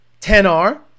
10R